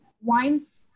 wines